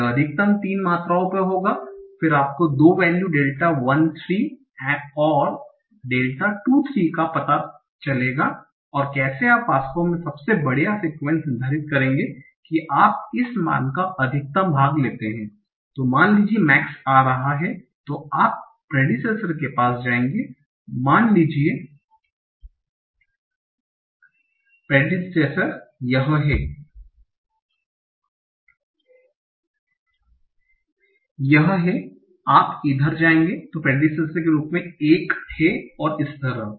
यह अधिकतम 3 मात्राओं पर होगा फिर आपको 2 वैल्यू डेल्टा 1 3 और डेल्टा 2 3 का पता चलेगा और कैसे आप वास्तव में सबसे बढ़िया सीक्वन्स निर्धारित करेंगे कि आप इस मान का अधिकतम भाग लेते हैं मान लीजिए max आ रहा है तो आप प्रेडिसेसर के पास जाएंगे मान लीजिए प्रेडिसेसर यह है आप इधर जाएंगे तो प्रेडिसेसर predecessor के रूप मे यह एक है और इसी तरह